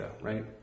right